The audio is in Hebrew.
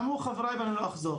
ואמרו חבריי, ואני לא אחזור,